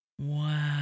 Wow